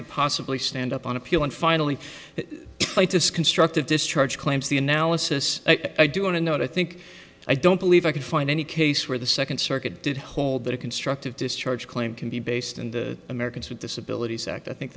could possibly stand up on appeal and finally this constructive discharge claims the analysis i do want to note i think i don't believe i could find any case where the second circuit did hold that a constructive discharge claim can be based on the americans with disabilities act i think